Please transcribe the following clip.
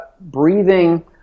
breathing